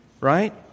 Right